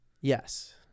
Yes